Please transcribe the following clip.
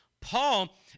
Paul